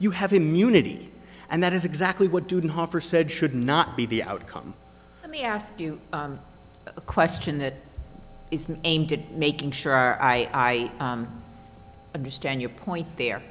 you have immunity and that is exactly what didn't offer said should not be the outcome let me ask you a question that is not aimed at making sure i understand your point there